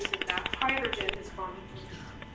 that that hydrogen is bonded to